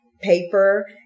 paper